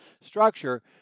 structure